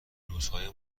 روزهای